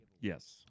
Yes